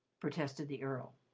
protested the earl.